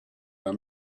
i’m